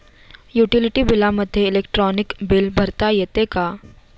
Utility बिलामध्ये electronic bill भरता येते का?